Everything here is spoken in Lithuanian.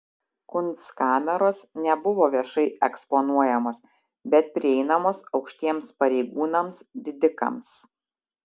kunstkameros nebuvo viešai eksponuojamos bet prieinamos aukštiems pareigūnams didikams